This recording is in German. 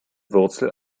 wurzel